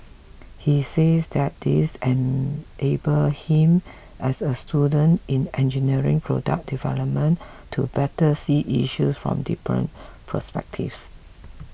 he says that this enabled him as a student in engineering product development to better see issues from different perspectives